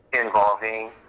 involving